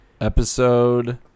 episode